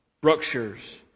Brookshire's